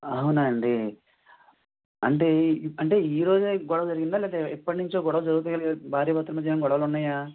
అవునా అండి అంటే అంటే ఈ రోజే గొడవ జరిగిందా లేకపోతే ఎప్పటి నుంచో గొడవలు జరుగుతూ భార్యాభర్తల మధ్య ఏమైనా గొడవలు ఉన్నాయా